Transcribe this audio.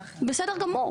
בסדר גמור,